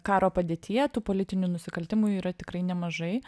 karo padėtyje tų politinių nusikaltimų yra tikrai nemažai